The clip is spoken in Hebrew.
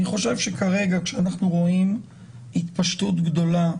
אני חושב שכרגע אנחנו רואים התפשטות גדולה,